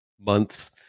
months